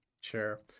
Sure